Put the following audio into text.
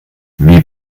wie